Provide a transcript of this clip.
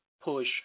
push